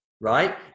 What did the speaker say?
Right